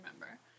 remember